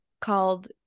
called